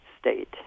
state